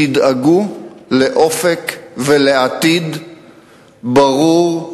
תדאגו לאופק ולעתיד ברור,